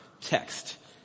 text